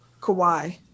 Kawhi